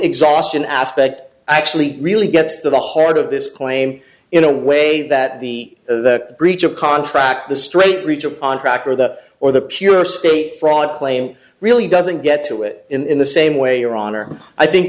exhaustion aspect actually really gets to the heart of this claim in a way that the breach of contract the strait region on track or that or the pure state fraud claim really doesn't get to it in the same way your honor i think